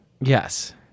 Yes